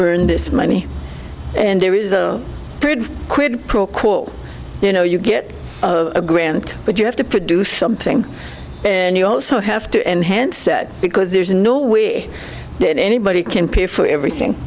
earn this money and there is a quid pro quo you know you get a grant but you have to produce something and you also have to enhance that because there's no we did anybody can pay for everything